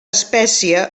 espècie